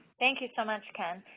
thank you so much, ken.